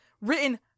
written